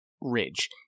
ridge